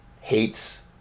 hates